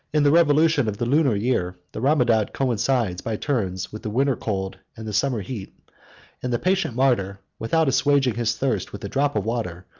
in the revolution of the lunar year, the ramadan coincides, by turns, with the winter cold and the summer heat and the patient martyr, without assuaging his thirst with a drop of water,